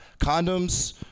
Condoms